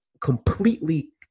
completely